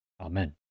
Amen